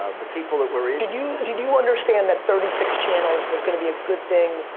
ah the people that were in did you did you understand that thirty six channels was going to be a good thing?